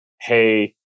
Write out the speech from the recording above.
Hey